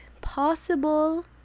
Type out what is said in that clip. possible